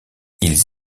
ils